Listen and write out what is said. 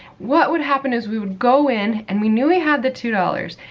what would happen is we would go in, and we knew we had the two dollars,